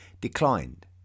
declined